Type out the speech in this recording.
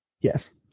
Yes